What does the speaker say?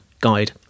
guide